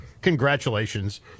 congratulations